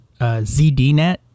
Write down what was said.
ZDNet